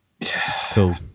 Cool